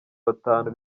batanu